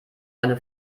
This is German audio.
eine